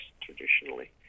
traditionally